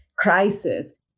Crisis